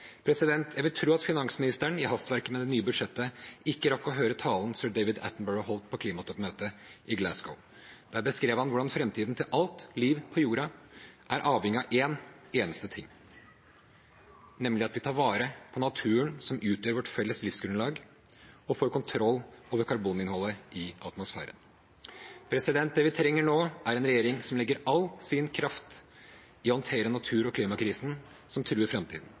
Jeg vil tro at finansministeren i hastverket med det nye budsjettet ikke rakk å høre talen som David Attenborough holdt på klimatoppmøtet i Glasgow. Der beskrev han hvordan framtiden til alt liv på jorden er avhengig av en eneste ting, nemlig at vi tar vare på naturen som utgjør vårt felles livsgrunnlag, og får kontroll over karboninnholdet i atmosfæren. Det vi trenger nå, er en regjering som legger all sin kraft i å håndtere natur- og klimakrisen, som truer framtiden.